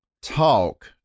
talk